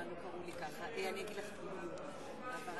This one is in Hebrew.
אין זמן